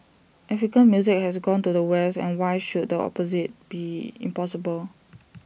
African music has gone to the west and why should the opposite be impossible